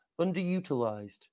underutilized